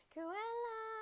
Cruella